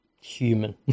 Human